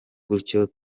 gutyo